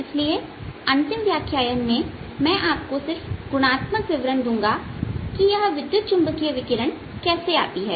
इसलिए अंतिम व्याख्यान में मैं आपको सिर्फ गुणात्मक विवरण दूंगा कि यह विद्युत चुंबकीय विकिरण कैसे आता है